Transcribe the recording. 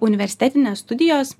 universitetinės studijos